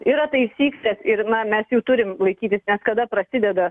yra taisyklės ir na mes jų turim laikytis nes kada prasideda